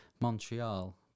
Montreal